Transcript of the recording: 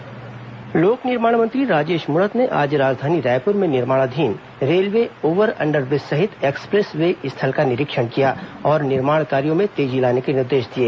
राजेश मूणत निरीक्षण लोक निर्माण मंत्री राजेश मूणत ने आज राजधानी रायपुर में निर्माणाधीन रेलवे ओव्हर अंडरब्रिज सहित एक्सप्रेस वे स्थल का निरीक्षण किया और निर्माण कार्य में तेजी लाने के निर्देश दिएँ